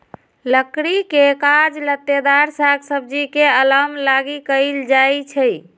लकड़ी के काज लत्तेदार साग सब्जी के अलाम लागी कएल जाइ छइ